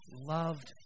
Loved